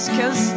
Cause